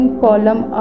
column